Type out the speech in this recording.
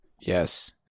Yes